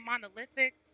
monolithic